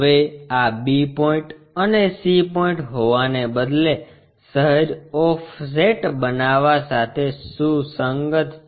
હવે આ b point અને c પોઇન્ટ હોવાને બદલે સહેજ ઓફસેટ બનાવવા સાથે સુસંગત છે